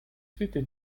swiftly